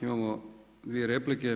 Imamo dvije replike.